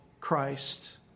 Christ